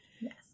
Yes